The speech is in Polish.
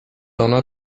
ona